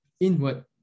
inward